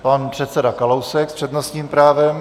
Pan předseda Kalousek s přednostním právem.